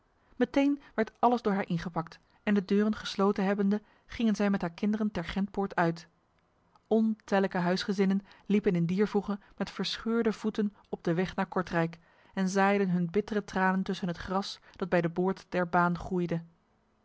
meteen werd alles door haar ingepakt en de deuren gesloten hebbende gingen zij met haar kinderen ter gentpoort uit ontellijke huisgezinnen liepen in dier voege met verscheurde voeten op de weg naar kortrijk en zaaiden hun bittere tranen tussen het gras dat bij de boord der baan groeide